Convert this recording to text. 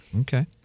Okay